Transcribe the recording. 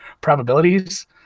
probabilities